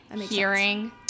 hearing